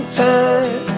time